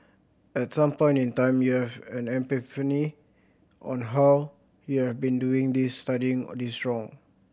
at some point in time you have an epiphany on how you have been doing this studying this wrong